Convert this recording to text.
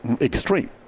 extreme